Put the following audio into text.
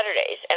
Saturdays